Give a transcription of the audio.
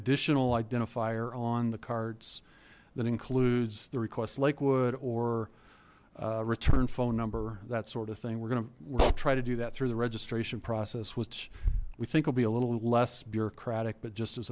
additional identifier on the carts that includes the request lakewood or a a return phone number that sort of thing we're gonna try to do that through the registration process which we think will be a little less bureaucratic but just as